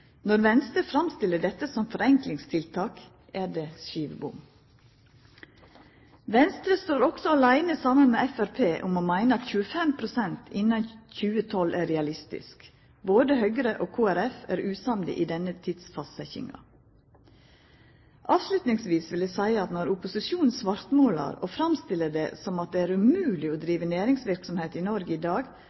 Når Venstre framstiller dette som forenklingstiltak, er det skivebom. Venstre står også aleine saman med Framstegspartiet om å meine at 25 pst. innan 2012 er realistisk. Både Høgre og Kristeleg Folkeparti er usamde i denne tidsfastsetjinga. Avslutningsvis vil eg seia når opposisjonen svartmålar og framstiller det som at det er umogleg å drive næringsverksemd i Noreg i dag,